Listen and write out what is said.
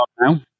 now